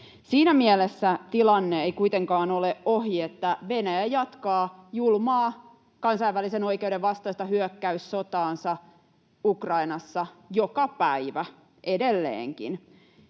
Siinä mielessä tilanne ei kuitenkaan ole ohi, että Venäjä jatkaa julmaa kansainvälisen oikeuden vastaista hyökkäyssotaansa Ukrainassa joka päivä, edelleenkin.